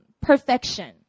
perfection